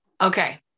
Okay